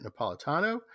Napolitano